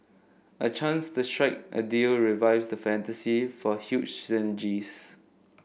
a chance to strike a deal revives the fantasy for huge synergies